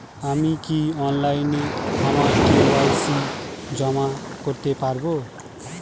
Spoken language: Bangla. আমি কি অনলাইন আমার কে.ওয়াই.সি জমা করতে পারব?